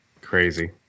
crazy